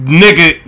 nigga